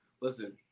listen